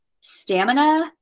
stamina